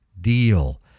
deal